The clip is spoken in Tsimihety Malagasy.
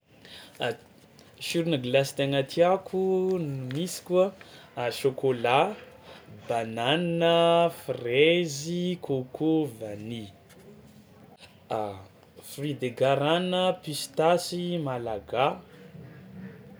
A sironà gilasy tegna tiàko misy koa a chocolat, banane, fraizy, coco, vanille, fruit de garana, pistasy, malaga.